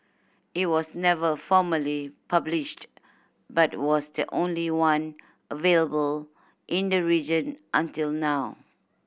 it was never formally published but was the only one available in the region until now